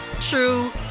true